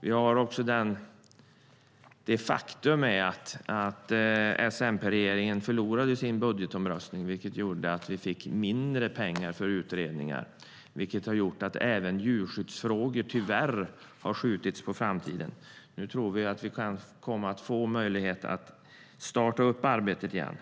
detta. Faktum är att S-MP-regeringen förlorade sin budgetomröstning, vilket gjorde att vi fick mindre pengar för utredningar. Det har gjort att även djurskyddsfrågor tyvärr har skjutits på framtiden. Nu tror vi att vi kan komma att få möjlighet att starta upp arbetet igen.